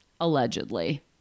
Allegedly